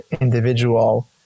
individual